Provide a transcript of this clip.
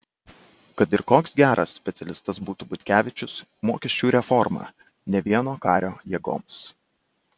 kad ir koks geras specialistas būtų butkevičius mokesčių reforma ne vieno kario jėgoms